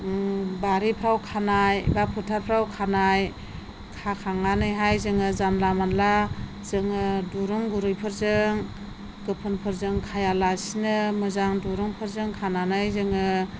बारिफोराव खानाय एबा फोथारफोराव खानाय खाखांनानैहाय जोङो जानला मानला जोङो दिरुं गुरैफोरजों गोफोनफोरजों खायालासिनो मोजां दिरुंफोरजों खानानै जोङो